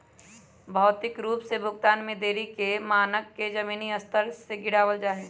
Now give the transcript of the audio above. भौतिक रूप से भुगतान में देरी के मानक के जमीनी स्तर से गिरावल जा हई